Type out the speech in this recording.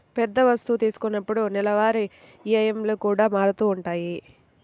పెద్ద వస్తువు తీసుకున్నప్పుడు నెలవారీ ఈఎంఐ కూడా మారుతూ ఉంటది